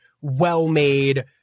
well-made